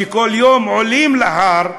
שכל יום עולים להר,